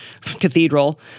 cathedral